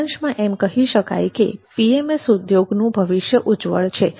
સારાંશમા એમ કહી શકાય કે પીએમએસ ઉદ્યોગનુ ભવિષ્ય ઉજજવળ છે